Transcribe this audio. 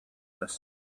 this